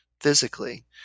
physically